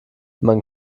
man